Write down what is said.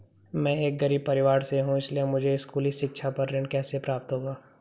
मैं एक गरीब परिवार से हूं इसलिए मुझे स्कूली शिक्षा पर ऋण कैसे प्राप्त होगा?